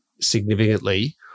significantly